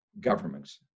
governments